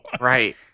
Right